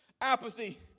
Apathy